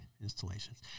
installations